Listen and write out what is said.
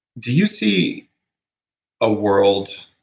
do you see a world,